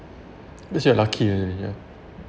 cause you're lucky eh yeah